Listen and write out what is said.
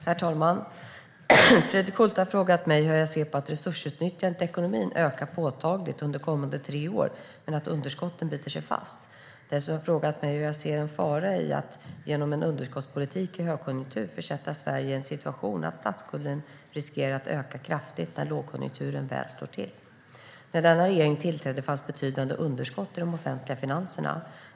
Herr talman! Fredrik Schulte har frågat mig hur jag ser på att resursutnyttjandet i ekonomin ökar påtagligt under kommande tre år men att underskotten biter sig fast. Dessutom har han frågat mig om jag ser en fara i att genom en underskottspolitik i högkonjunktur försätta Sverige i en sådan situation att statsskulden riskerar att öka kraftigt när lågkonjunkturen väl slår till. När denna regering tillträdde fanns betydande underskott i de offentliga finanserna.